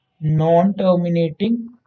non-terminating